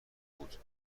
بود